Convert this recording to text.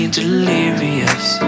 delirious